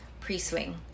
pre-swing